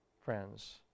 Friends